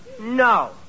No